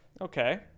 okay